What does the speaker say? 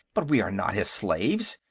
but we are not his slaves.